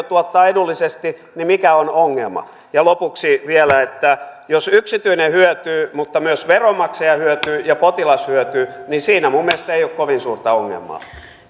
tuottaa edullisesti niin mikä on ongelma lopuksi vielä että jos yksityinen hyötyy mutta myös veronmaksaja hyötyy ja potilas hyötyy niin siinä minun mielestäni ei ole kovin suurta ongelmaa